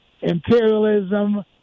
imperialism